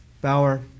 Bauer